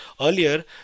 earlier